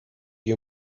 you